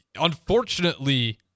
Unfortunately